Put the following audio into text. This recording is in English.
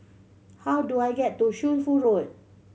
how do I get to Shunfu Road